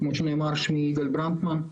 אני